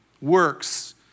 works